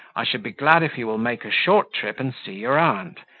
i should be glad if you will make a short trip and see your aunt,